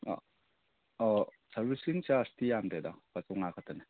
ꯑ ꯑꯥ ꯁꯥꯔꯕꯤꯁꯤꯡ ꯆꯥꯔ꯭ꯖꯇꯤ ꯌꯥꯝꯗꯦꯗ ꯂꯨꯄꯥ ꯆꯥꯃꯉꯥ ꯈꯛꯇꯅꯤ